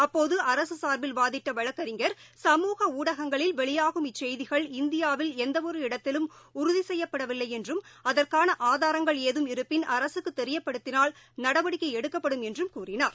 அப்போதுஅரசுசார்பில் வாதிட்டவழக்கறிஞர் சமூக ஊடகங்களில் வெளியாகும் இச்செய்திகள் இந்தியாவில் எந்தஒரு இடத்திலும் உறுதிசெய்யப்படவில்லைஎன்றும் அதற்கானஆதாரங்கள் ஏகம் இருப்பின் அரசுக்குதெரியப்படுத்தினால் நடவடிக்கைஎடுக்கப்படும் என்றும் கூறினார்